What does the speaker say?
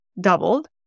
doubled